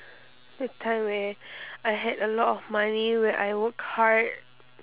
that time where I had a lot of money when I work hard